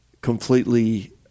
completely